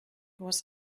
was